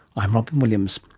i'm robyn williams